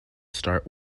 start